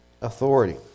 authority